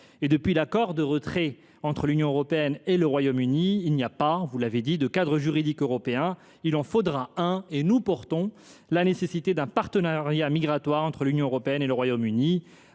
Depuis l’accord de retrait entre l’Union européenne et le Royaume Uni, il n’y a pas de cadre juridique européen. Il en faudra un, et nous défendons le principe de la nécessité d’un partenariat migratoire entre l’Union européenne et le Royaume Uni.